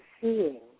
seeing